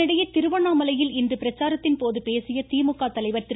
இதனிடையே திருவண்ணாமலையில் இன்று பிரச்சாரத்தின் போது பேசிய திமுக தலைவர் திரு